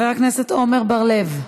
חבר הכנסת עמר בר-לב,